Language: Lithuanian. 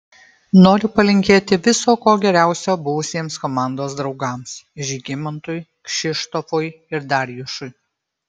noriu palinkėti viso ko geriausio buvusiems komandos draugams žygimantui kšištofui ir darjušui